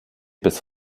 bis